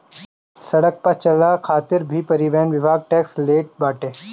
सड़क पअ चलला खातिर भी परिवहन विभाग टेक्स लेट बाटे